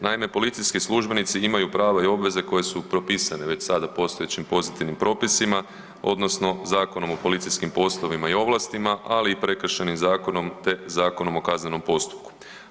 Naime, policijski službenici imaju prava i obveze koje su propisane već sada postojećim pozitivnim propisima odnosno Zakonom o policijskim poslovima i ovlastima, ali i Prekršajnim zakonom te Zakonom o kaznenom postupku.